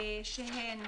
שהן: